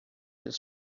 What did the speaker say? his